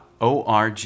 O-R-G